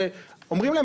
שאומרים להם,